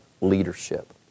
leadership